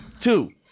Two